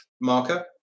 marker